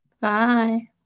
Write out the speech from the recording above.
Bye